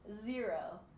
Zero